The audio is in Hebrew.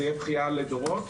זו תהיה בכיה לדורות.